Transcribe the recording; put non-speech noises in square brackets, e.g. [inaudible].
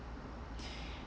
[breath]